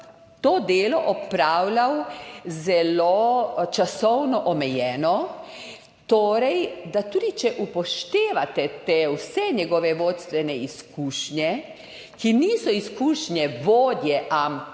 to delo opravljal zelo časovno omejeno. Torej da tudi če upoštevate vse te njegove vodstvene izkušnje, ki niso izkušnje vodje, ampak